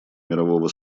мирового